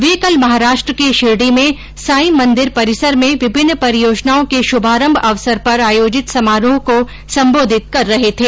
वे कल महाराष्ट्र के शिरडी में साई मंदिर परिसर में विभिन्न परियोजनाओं के शुभारंभ अवसर पर आयोजित समारोह को संबोधित कर रहे थे